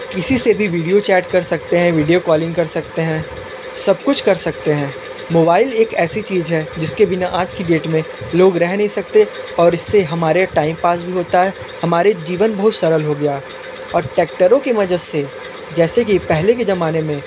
किसी से भी विडियो चैट कर सकते हैं विडियो कॉलिंग कर सकते हैं सब कुछ कर सकते हैं मोबाइल एक ऐसी चीज़ है जिसके बिना आज की डेट में लोग रह नहीं सकते और इससे हमारे टाइम पास भी होता है हमारे जीवन बहुत सरल हो गया और ट्रैक्टरों के वजह से जैसे की पहले के जमाने में